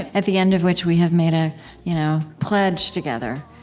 at at the end of which we have made a you know pledge together.